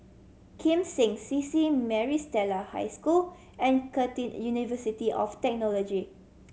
Kim Seng C C Maris Stella High School and Curtin University of Technology